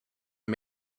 and